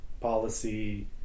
policy